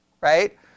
right